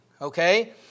Okay